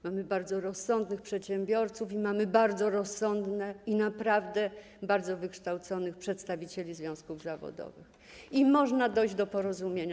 Mamy bardzo rozsądnych przedsiębiorców, mamy bardzo rozsądnych i naprawdę bardzo wykształconych przedstawicieli związków zawodowych i można dojść do porozumienia.